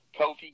Kofi